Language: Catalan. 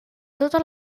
totes